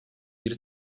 bir